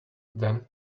then